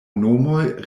nomoj